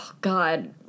God